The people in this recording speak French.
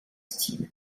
style